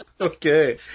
Okay